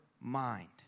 mind